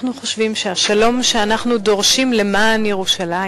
אנחנו חושבים שהשלום שאנחנו דורשים למען ירושלים,